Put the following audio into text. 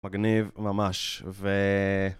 מגניב ממש ו...